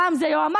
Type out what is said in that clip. פעם זה יועמ"ש,